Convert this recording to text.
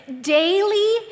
daily